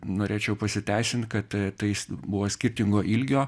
norėčiau pasiteisint kad tais buvo skirtingo ilgio